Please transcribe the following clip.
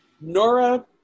Nora